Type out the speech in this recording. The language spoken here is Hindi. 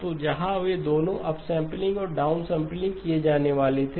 तो जहाँ वे दोनों अपसैंपलिंग और डाउनसैंपलिंग किए जाने वाले थे